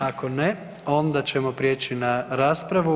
Ako ne onda ćemo prijeći na raspravu.